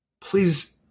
please